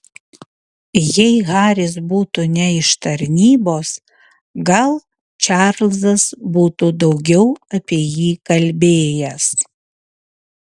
jei haris būtų ne iš tarnybos gal čarlzas būtų daugiau apie jį kalbėjęs